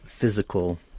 physical